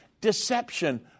Deception